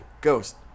Ghost